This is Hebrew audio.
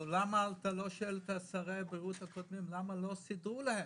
אבל למה אתה לא שואל את שרי הבריאות הקודמים למה לא סידרו להם?